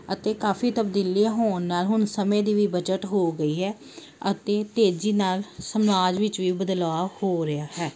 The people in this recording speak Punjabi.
ਅਤੇ ਕਾਫ਼ੀ ਤਬਦੀਲੀਆਂ ਹੋਣ ਨਾਲ ਹੁਣ ਸਮੇਂ ਦੀ ਵੀ ਬਚਤ ਹੋ ਗਈ ਹੈ ਅਤੇ ਤੇਜ਼ੀ ਨਾਲ ਸਮਾਜ ਵਿੱਚ ਵੀ ਬਦਲਾਅ ਹੋ ਰਿਹਾ ਹੈ